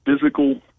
physical